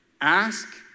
Ask